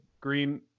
Green